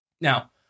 Now